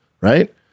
right